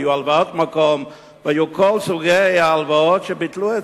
והיו הלוואות מקום והיו כל סוגי ההלוואות שביטלו.